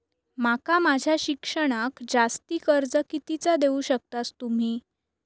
माका माझा शिक्षणाक जास्ती कर्ज कितीचा देऊ शकतास तुम्ही?